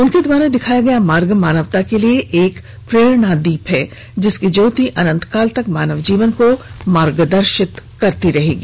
उनके द्वारा दिखाया गया मार्ग मानवता के लिए एक प्रेरणादीप है जिसकी ज्योति अनंतकाल तक मानव जीवन को मार्गदर्शित करती रहेगी